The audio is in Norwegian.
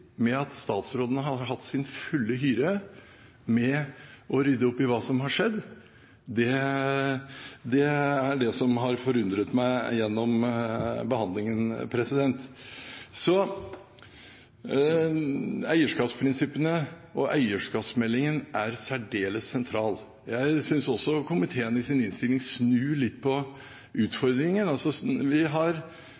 med at statsråden har hatt sin fulle hyre med å rydde opp i hva som har skjedd, er det som har forundret meg gjennom behandlingen. Eierskapsprinsippene og eierskapsmeldingen er særdeles sentralt i dette, og jeg synes komiteen i sin innstilling snur litt på